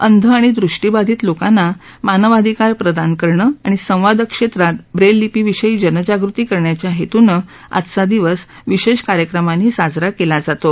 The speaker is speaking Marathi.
अंध आणि दृष्टिबाधित लोकांना मानवाधिकार प्रदान करणं आणि संवादाच्या क्षेत्रात ब्रेल लिपी विषयी जनजागृती करण्याच्या हेतूनं आजचा दिवस विशेष कार्यक्रमांनी साजरा केला जातो